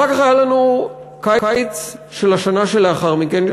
אחר כך היה לנו קיץ של השנה שלאחר מכן,